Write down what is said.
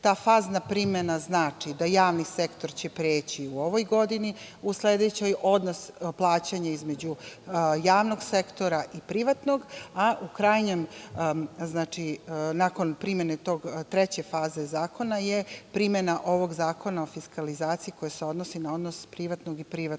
Ta fazna primena znači da će javni sektor preći u ovoj godini, u sledećoj odnos plaćanja između javnog sektora i privatnog, a nakon primene te treće faze zakona je primena ovog zakona o fiskalizaciji koji se odnosi na odnos privatnog i privatnog